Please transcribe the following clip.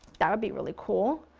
that would be really cool,